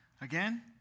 Again